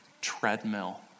treadmill